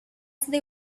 they